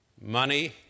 money